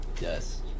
Yes